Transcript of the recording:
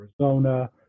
Arizona